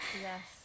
yes